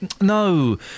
No